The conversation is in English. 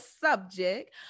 subject